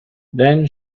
then